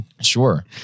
sure